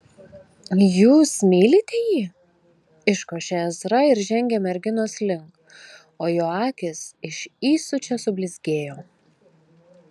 jūs mylite jį iškošė ezra ir žengė merginos link o jo akys iš įsiūčio sublizgėjo